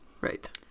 Right